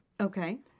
Okay